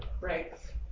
Right